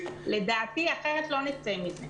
לדעתי, אחרת לא נצא מזה.